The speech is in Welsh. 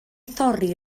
thorri